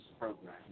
program